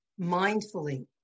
mindfully